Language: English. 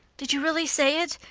did you really say it?